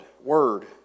word